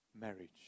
marriage